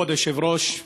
כבוד היושב-ראש,